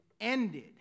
ended